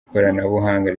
ikoranabuhanga